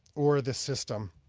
or the system.